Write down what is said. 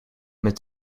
met